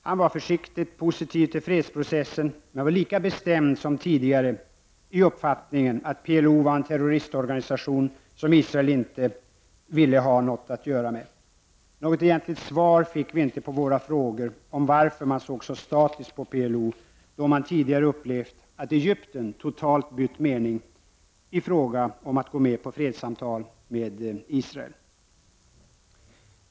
Han var försiktigt positiv till fredsprocessen. Men han var lika bestämd som tidigare i sin uppfattning om att PLO var en terroristorganisation, som Israel inte ville ha något att göra med. Vi fick egentligen inte några svar på våra frågor om varför man såg så statiskt på PLO. Tidigare hade man ju upplevt att Egypten totalt hade bytt mening i fråga om att gå med på fredssamtal med Israel.